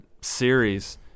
series